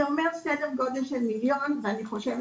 זה אומר סדר גודל מיליון ואני חושבת